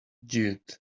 dude